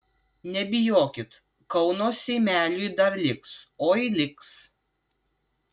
nebijokit kauno seimeliui dar liks oi liks